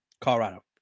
Colorado